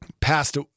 passed